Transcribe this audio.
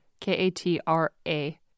K-A-T-R-A